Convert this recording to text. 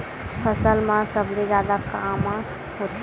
फसल मा सबले जादा कामा होथे?